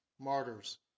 martyrs